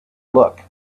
look